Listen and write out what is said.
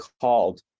called